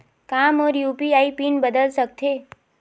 का मोर UPI pin बदल सकथे?